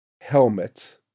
helmet